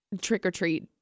trick-or-treat